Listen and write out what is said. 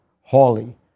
Hawley